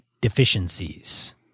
deficiencies